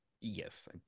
yes